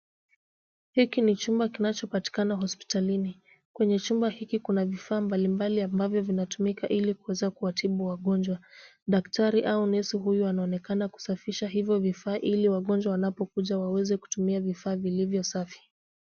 Hiki ni chumba kinachopatikana hospitalini. Kwenye chumba hiki kuna vifaa mbali mbali ambavyo vinatumika ili kuweza kuwatibu wagonjwa. Daktari au nesi huyu anaonekana kusafisha hivyo vifaa ili wagonjwa wanapokuja waweze kutumia vifaa vilivyo safi.